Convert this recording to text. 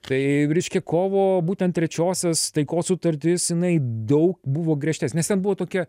tai reiškia kovo būtent trečiosios taikos sutartis jinai daug buvo griežtesnė nes ten buvo tokia